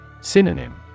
Synonym